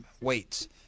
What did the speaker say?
weights